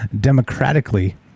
democratically